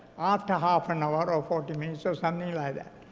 after half and an hour or forty minutes or something like that.